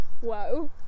Whoa